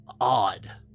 odd